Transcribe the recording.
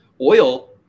Oil